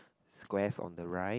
squares on the right